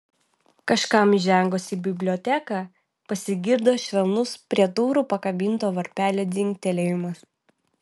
kažkam įžengus į biblioteką pasigirdo švelnus prie durų pakabinto varpelio dzingtelėjimas